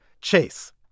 Chase